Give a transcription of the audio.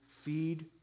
feed